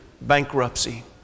bankruptcy